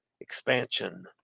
expansion